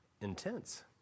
Intense